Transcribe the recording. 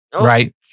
right